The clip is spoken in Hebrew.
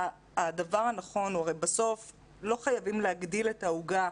הדבר הנכון, הרי בסוף לא חייבים להגדיל את העוגה,